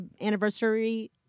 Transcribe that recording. anniversary